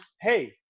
hey